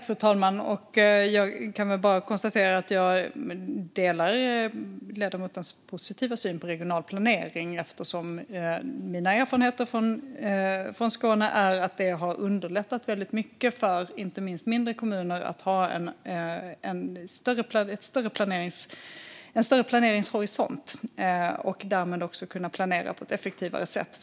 Fru talman! Jag delar ledamotens positiva syn på regional planering. Mina erfarenheter från Skåne är att det har underlättat mycket för inte minst mindre kommuner att ha en större planeringshorisont. Därmed kan de planera bostadsbyggandet på ett effektivare sätt.